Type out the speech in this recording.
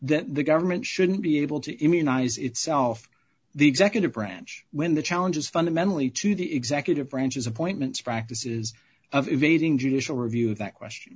that the government shouldn't be able to immunize itself the executive branch when the challenge is fundamentally to the executive branches appointments practices of evading judicial review that question